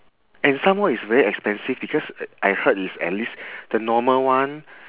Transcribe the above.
and some more it's very expensive because I heard it's at least the normal one